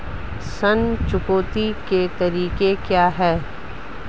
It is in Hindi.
ऋण चुकौती के तरीके क्या हैं?